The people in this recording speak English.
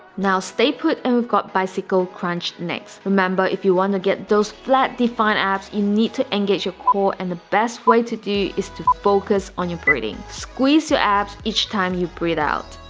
now stay put and we've got bicycle crunch next remember if you want to get those flat defined abs you need to engage your core and the best way to do is to focus on your breathing. squeeze your abs each time you breathe out